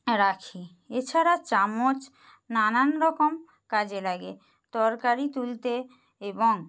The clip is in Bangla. রাখি এছাড়া চামচ নানান রকম কাজে লাগে তরকারি তুলতে এবং